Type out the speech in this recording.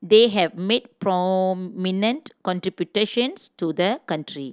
they have made prominent contributions to the country